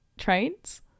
trains